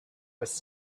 was